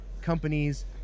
companies